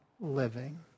living